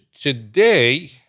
today